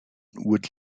would